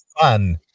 fun